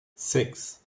six